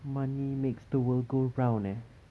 money makes the world go round eh